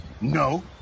No